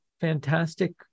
fantastic